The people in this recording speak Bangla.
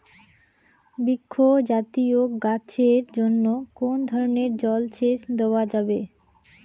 বৃক্ষ জাতীয় গাছের জন্য কোন ধরণের জল সেচ দেওয়া যাবে?